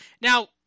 Now